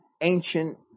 ancient